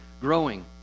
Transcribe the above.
growing